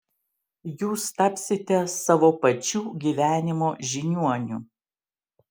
jūs tapsite savo pačių gyvenimo žiniuoniu